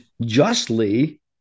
justly